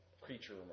creature